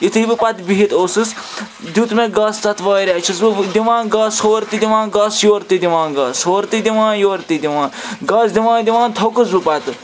یُتھُے بہٕ پَتہٕ بِہِتھ اوسُس دیُت مےٚ گس تَتھ واریاہ اَسہِ چھُس بہٕ دِوان گس ہورٕ تہِ دِوان گس یورٕ تہِ دِوان گس ہورٕ تہِ دِوان یورٕ تہِ دِوان گس دِوان دِوان تھوٚوکُس بہٕ پَتہٕ